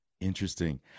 interesting